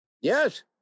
Yes